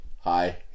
Hi